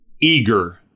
eager